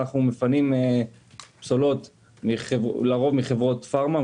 אנחנו מפנים פסולות לרוב מחברות פארמה,